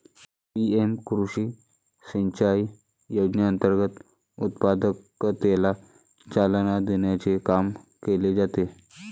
PM कृषी सिंचाई योजनेअंतर्गत उत्पादकतेला चालना देण्याचे काम केले जाते